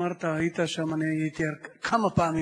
אציין שאני מכיר את מפעל "מרכבים",